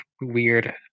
weird